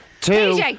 two